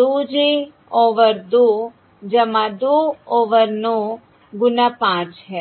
2 j over 2 2 over 9 गुणा 5 है